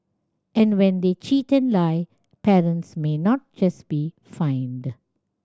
and when they cheat and lie parents may not just be fined